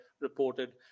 reported